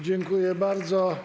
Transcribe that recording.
Dziękuję bardzo.